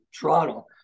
Toronto